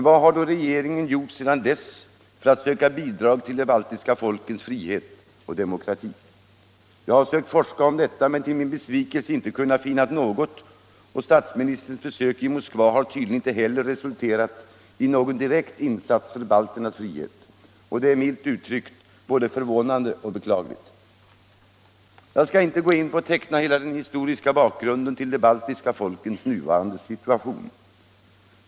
Vad har då regeringen gjort sedan dess för att försöka bidraga till de baltiska folkens frihet och demokrati? Ja, jag har försökt forska om detta, men till min besvikelse inte kunnat finna något — och statsministerns besök i Moskva har tydligen inte heller resulterat i någon direkt insats för balternas frihet. Det är — mycket milt uttryckt — förvånande och beklagligt. Jag skall inte gå in på att teckna hela den historiska bakgrunden till de baltiska folkens nuvarande situation.